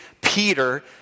Peter